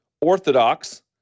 orthodox